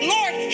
Lord